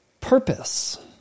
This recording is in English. purpose